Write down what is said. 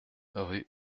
rue